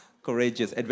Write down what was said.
courageous